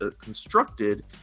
constructed